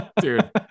Dude